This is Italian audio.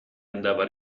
andava